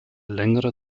längere